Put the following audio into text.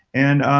and